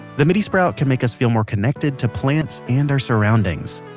the midi sprout can make us feel more connected to plants and our surroundings,